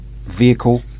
vehicle